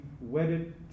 wedded